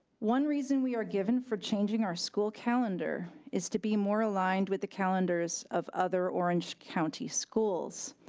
one reason we are given for changing our school calendar is to be more aligned with the calendars of other orange county schools.